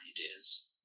ideas